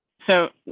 so,